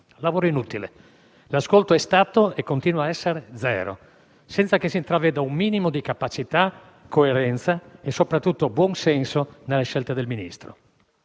Lavoro inutile: l'ascolto è stato e continua ad essere zero, senza che si intraveda un minimo di capacità, di coerenza e, soprattutto, di buon senso nelle scelte del Ministro.